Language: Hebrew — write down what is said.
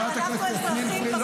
אבל זה החוק, זה החוק שלך.